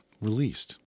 released